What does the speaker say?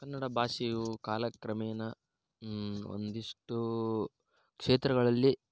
ಕನ್ನಡ ಭಾಷೆಯು ಕಾಲಕ್ರಮೇಣ ಒಂದಿಷ್ಟು ಕ್ಷೇತ್ರಗಳಲ್ಲಿ